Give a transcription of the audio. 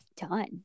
done